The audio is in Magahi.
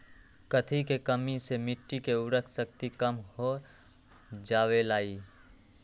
कथी के कमी से मिट्टी के उर्वरक शक्ति कम हो जावेलाई?